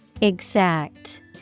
Exact